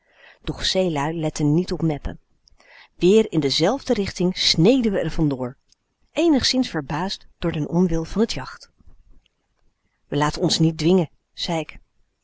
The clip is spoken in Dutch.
zeelui letten niet op mèppen weer in dezelfde richting sneden we er van door eenigszins verbaasd door den onwil van t jacht we laten ons niet dwingen zei ik